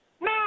No